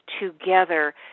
together